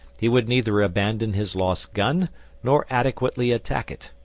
he would neither abandon his lost gun nor adequately attack it.